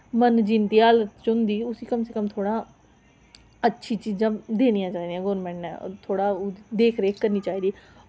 नमीं जिंद जेह्ड़ी होंदी उसी ते अच्छी चीज़ां देनियां चाही दियां गौरमेंट नै थोह्ड़ा देखरेख करनी चाहिदी